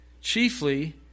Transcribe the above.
Chiefly